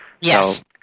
Yes